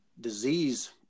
disease